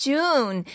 June